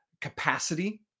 capacity